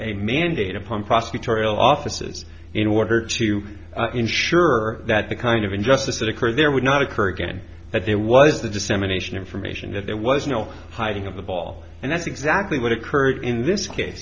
prosecutorial offices in order to ensure that the kind of injustice that occurred there would not occur again that there was the dissemination information that there was no hiding of the ball and that's exactly what occurred in this case